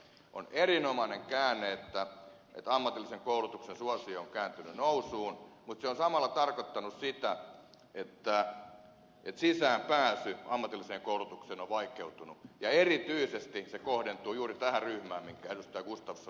on erinomainen käänne että ammatillisen koulutuksen suosio on kääntynyt nousuun mutta se on samalla tarkoittanut sitä että sisäänpääsy ammatilliseen koulutukseen on vaikeutunut ja erityisesti se kohdentuu juuri tähän ryhmään minkä ed